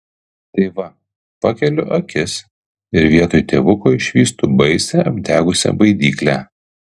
tai va pakeliu akis ir vietoj tėvuko išvystu baisią apdegusią baidyklę